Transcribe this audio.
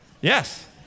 Yes